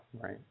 Right